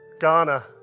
Ghana